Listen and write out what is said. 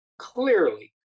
clearly